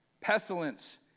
pestilence